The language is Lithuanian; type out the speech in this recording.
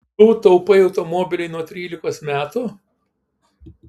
tu taupai automobiliui nuo trylikos metų